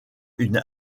une